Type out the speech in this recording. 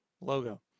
logo